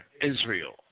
Israel